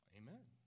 amen